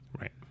Right